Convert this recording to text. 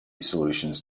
solutions